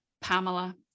Pamela